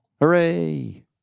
Hooray